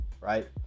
right